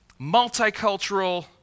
multicultural